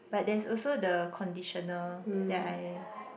but there's also the conditioner that I